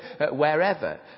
wherever